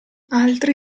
altri